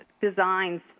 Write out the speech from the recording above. designs